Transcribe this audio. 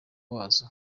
wazo